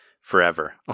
forever